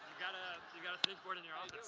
you got a think board in your office.